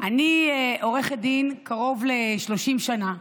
אני עורכת דין קרוב ל-30 שנה,